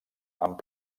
amb